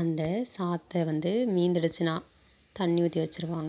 அந்த சாதத்தை வந்து மீந்துடுச்சுனா தண்ணி ஊற்றி வச்சுடுவாங்க